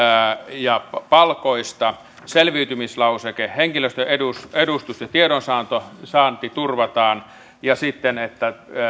ja palkoista selviytymislauseke henkilöstön edustus edustus ja tiedon saanti saanti turvataan ja sitten se että